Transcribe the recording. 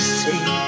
see